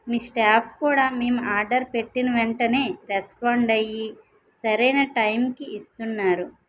మీ staff కూడా మేము order పెట్టిన వెంటనే రెస్పాండ్ అయ్యి సరైన టైం కి ఇస్తున్నారు